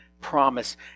promise